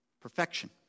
Perfection